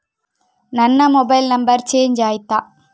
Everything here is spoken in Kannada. ನನ್ನ ಮೊಬೈಲ್ ನಂಬರ್ ಚೇಂಜ್ ಆಯ್ತಾ?